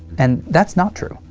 and that's not true.